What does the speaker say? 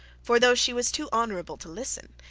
for though she was too honorable to listen,